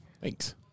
Thanks